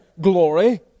glory